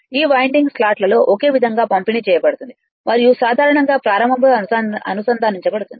ఈ వైండింగ్ స్లాట్లలో ఒకే విధంగా పంపిణీ చేయబడుతుంది మరియు సాధారణంగా ప్రారంభంలో అనుసంధానించబడుతుంది